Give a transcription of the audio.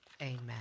Amen